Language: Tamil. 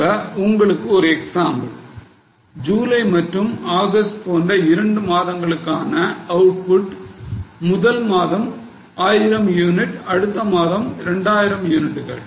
இப்ப உங்களுக்கு ஒரு எக்ஸாம்பிள் ஜூலை மற்றும் ஆகஸ்ட் போன்ற இரண்டு மாதங்களுக்கான அவுட்புட் முதல் மாதம் 1000 யூனிட் அடுத்த மாதம் 2000 யூனிட்டுகள்